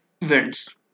events